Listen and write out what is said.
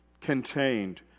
contained